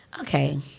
okay